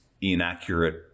inaccurate